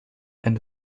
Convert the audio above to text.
and